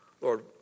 Lord